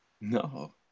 No